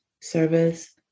service